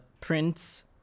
Prince